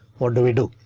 what do we do?